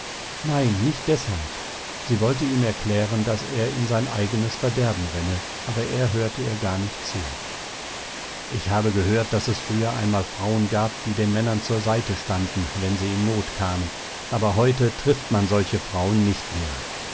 nein nicht deshalb sie wollte ihm erklären daß er in sein eigenes verderben renne aber er hörte ihr gar nicht zu ich habe gehört daß es früher einmal frauen gab die den männern zur seite standen wenn sie in not kamen aber heute trifft man solche frauen nicht mehr